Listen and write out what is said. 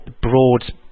broad